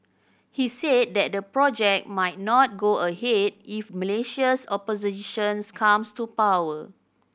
he said that the project might not go ahead if Malaysia's oppositions comes to power